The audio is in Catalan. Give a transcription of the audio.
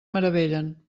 meravellen